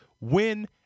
Win